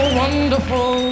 wonderful